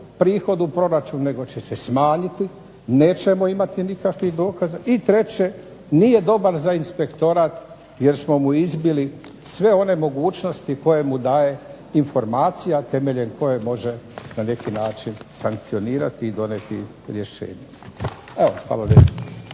prihod u proračun nego će se smanjiti, nećemo imati nikakvih dokaza. I treće, nije dobar za inspektorat jer smo mu izbili sve one mogućnosti koje mu daje informacija temeljem koje može na neki način sankcionirati i donijeti rješenje. Evo hvala